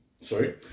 Sorry